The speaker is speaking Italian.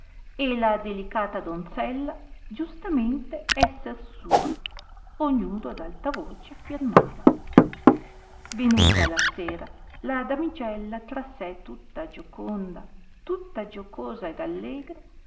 e la delicata donzella giustamente esser sua ognuno ad alta voce affirmava venuta la sera la damigella tra sé tutta gioconda tutta giocosa ed allegra